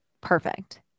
Perfect